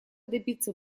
добиться